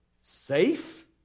safe